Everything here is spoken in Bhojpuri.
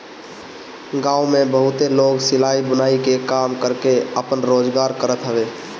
गांव में बहुते लोग सिलाई, बुनाई के काम करके आपन रोजगार करत हवे